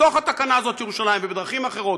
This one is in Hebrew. בתוך התקנה הזאת, ירושלים, ובדרכים אחרות.